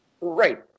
Right